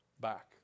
back